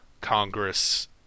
Congress